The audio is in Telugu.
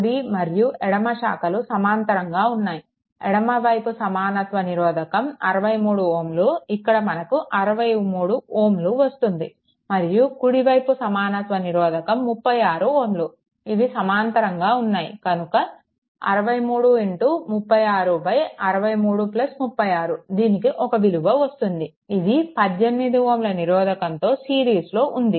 కుడి మరియు ఎడమ శాఖలు సమాంతరంగా ఉన్నాయి ఎడమవైపు సమానత్వ నిరోధకం 63 Ω ఇక్కడ మనకు 63Ω వస్తుంది మరియు కుడివైపు సమానత్వ నిరోధకం 36 Ω ఇవి సమాంతరంగా ఉన్నాయి కనుక 6336 6336 దీనికి ఒక విలువ వస్తుంది ఇది 18 Ω నిరోధకంతో సిరీస్లో ఉంది